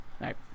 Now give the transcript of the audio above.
right